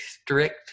strict